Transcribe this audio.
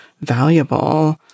valuable